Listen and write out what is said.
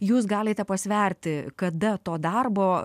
jūs galite pasverti kada to darbo